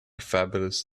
fabulous